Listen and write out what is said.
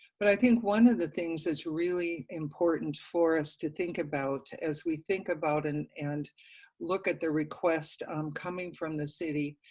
but i think one of the things that's really important for us to think about as we think about it and and look at the request um coming from the city.